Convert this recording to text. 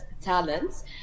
talents